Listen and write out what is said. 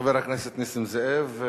חבר הכנסת נסים זאב,